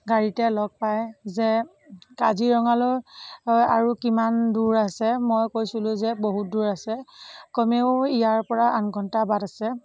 গাড়ীতে লগ পাই যে কাজিৰঙালৈ আৰু কিমান দূৰ আছে মই কৈছিলোঁ যে বহুত দূৰ আছে কমেও ইয়াৰ পৰা আঠ ঘণ্টাৰ বাট আছে